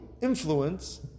influence